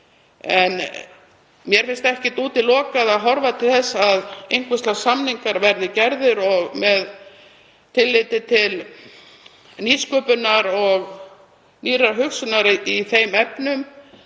Mér finnst ekkert útilokað að horfa til þess að einhvers lags samningar verði gerðir með tilliti til nýsköpunar og nýrrar hugsunar í þeim efnum.